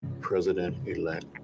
president-elect